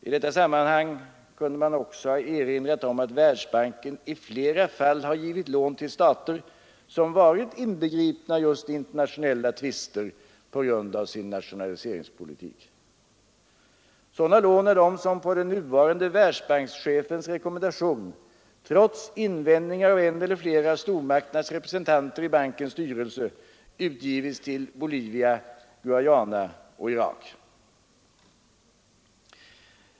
I detta sammanhang kunde man också ha erinrat om att Världsbanken i flera fall har givit lån till stater som varit inbegripna i internationella tvister på grund av sin nationaliseringspolitik. Sådana lån är de som på den nuvarande Världsbankschefens rekommendation, trots invändningar av en eller flera av stormakternas representanter i bankens styrelse, utgivits” till Bolivia, Guayana och Irak.